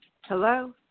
Hello